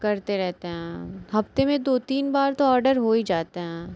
करते रहते हाँ हफ़्ते में दो तीन बार तो ऑडर हो ही जाते हैं